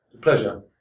Pleasure